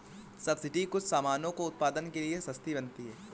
subsidy कुछ सामानों को उत्पादन के लिए सस्ती बनाती है